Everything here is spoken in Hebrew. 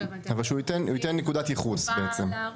אבל הוא בעצם ייתן נקודת ייחוס.